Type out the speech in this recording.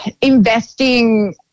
investing